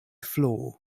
floor